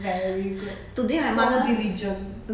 very good so diligent